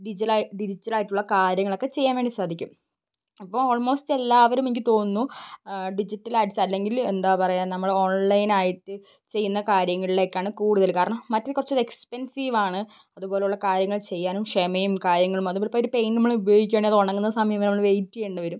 ഡിജലാ ഡിജിറ്റലായിട്ടുള്ള കാര്യങ്ങൾ ഒക്കെ ചെയ്യാൻ വേണ്ടി സാധിക്കും അപ്പോൾ ഓൾമോസ്റ്റെല്ലാവരും എനിക്ക് തോന്നുന്നു ഡിജിറ്റൽ ആർട്ട്സ് അല്ലെങ്കിൽ എന്താ പറയാ നമ്മൾ ഓൺലൈനായിട്ട് ചെയ്യുന്ന കാര്യങ്ങളിലേക്കാണ് കൂടുതൽ കാരണം മറ്റേ കുറച്ച് കൂടി എക്സ്പെൻസീവാണ് അതുപോലെ ഉള്ള കാര്യങ്ങൾ ചെയ്യാനും ക്ഷമയും കാര്യങ്ങളും അതുപോലെ ഇപ്പം ഒരു പെയിൻറ്റ് നമ്മൾ ഉപയോഗിക്കാണേ അത് ഉണങ്ങുന്ന സമയം വരെ നമ്മൾ വെയിറ്റ് ചെയ്യേണ്ടി വരും